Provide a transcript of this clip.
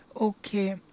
Okay